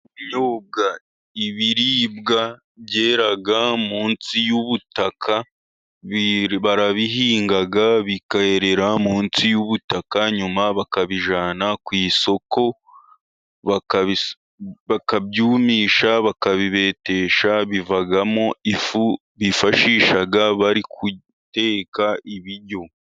Ubunyobwa ibiribwa byera munsi y'ubutaka, barabihinga bikerera munsi y'ubutaka, nyuma bakabijyana ku isoko, bakabyumisha bakabibetesha bivamo ifu bifashisha bari guteka ibiryo.